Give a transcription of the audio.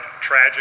tragic